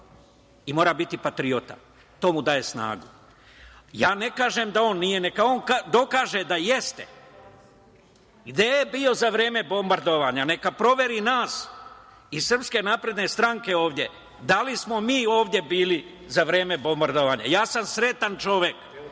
i mora biti patriota. To mu daje snagu. Ja ne kažem da on nije, neka on dokaže da jeste. Gde je bio za vreme bombardovanja? Neka proveri nas iz SNS ovde, da li smo mi ovde bili za vreme bombardovanja. Ja sam srećan čovek